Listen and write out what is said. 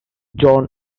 john